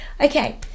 Okay